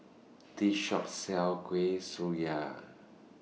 This Shop sells Kuih Syara